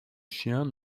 chien